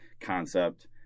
concept